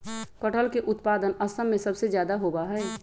कटहल के उत्पादन असम में सबसे ज्यादा होबा हई